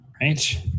right